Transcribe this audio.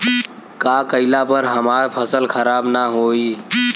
का कइला पर हमार फसल खराब ना होयी?